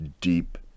deep